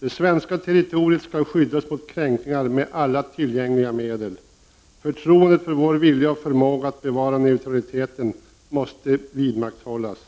Det svenska territoriet skall skyddas mot kränkningar med alla tillgängliga medel. Förtroendet för vår vilja och förmåga att bevara neutraliteten måste vidmakthållas.